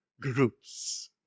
groups